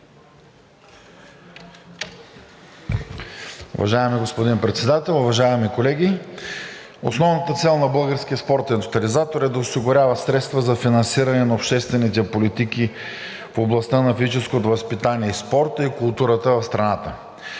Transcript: Уважаеми господин Председател, уважаеми колеги! Основната цел на Българския спортен тотализатор е да осигурява средства за финансиране на обществените политики в областта на физическото възпитание и спорта и културата в страната.